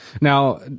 Now